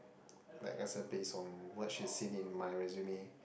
like as a based on what she seen in my resume